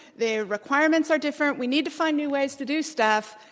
the requirements are different. we need to find new ways to do stuff.